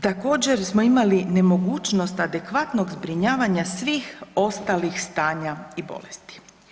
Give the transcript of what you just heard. Također smo imali nemogućnost adekvatnog zbrinjavanja svih ostalih stanja i bolesti.